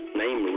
name